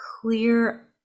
clear